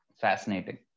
Fascinating